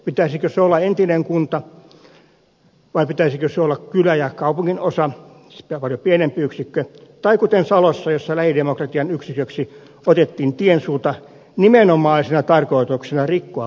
pitäisikö sen olla entinen kunta vai pitäisikö sen olla kylä ja kaupunginosa siis paljon pienempi yksikkö tai kuten salossa jossa lähidemokratian yksiköksi otettiin tiensuunta nimenomaisesti tarkoituksena rikkoa vanhat kuntarajat